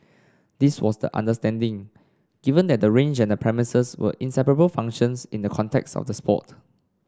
this was the understanding given that the range and the premises were inseparable functions in the contexts of the sport